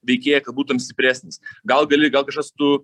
veikėją kad būtum stipresnis gal gali gal kažkas tu